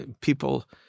people